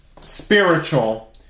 Spiritual